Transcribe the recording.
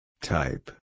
Type